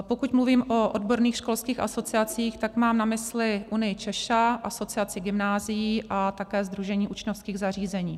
Pokud mluvím o odborných školských asociacích, tak mám na mysli Unii CZESHA, Asociaci gymnázií a také Sdružení učňovských zařízení.